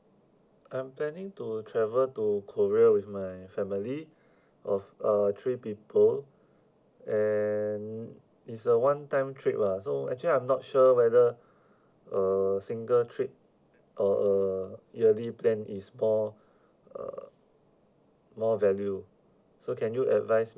I'm planning to travel to korea with my family of uh three people and it's a one time trip lah so actually I'm not sure whether a single trip or a yearly plan is more uh more value so can you advise